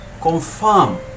confirm